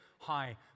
high